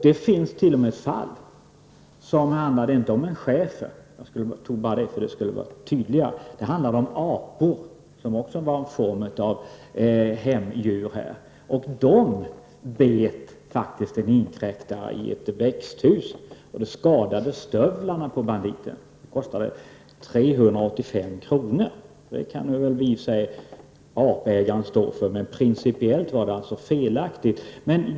Det finns t.o.m. fall som inte handlar om schäferhundar — jag tog ett exempel bara för att det skulle vara tydligt. Det finns fall som handlar om apor som också är en form av hemdjur. Apor bet faktiskt en inkräktare i ett växthus, vilket skadade stövlarna på banditen. Det kostade 385 kr. som apägaren fick stå för. Principiellt var det alltså felaktigt.